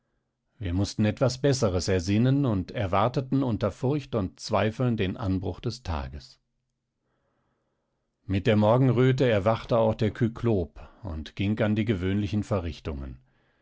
wir mußten etwas besseres ersinnen und erwarteten unter furcht und zweifeln den anbruch des tages mit der morgenröte erwachte auch der kyklop und ging an die gewöhnlichen verrichtungen